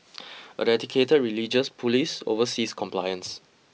a dedicated religious police oversees compliance